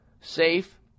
safe